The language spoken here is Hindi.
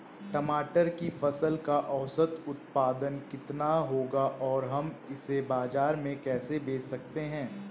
टमाटर की फसल का औसत उत्पादन कितना होगा और हम इसे बाजार में कैसे बेच सकते हैं?